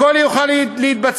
הכול יוכל להתבצע.